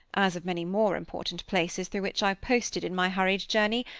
as of many more important places through which i posted in my hurried journey,